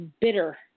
bitter